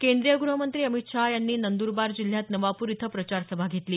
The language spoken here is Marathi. केंद्रीय गृहमंत्री अमित शहा यांनी नंदरबार जिल्ह्यात नवापूर इथं प्रचार सभा घेतली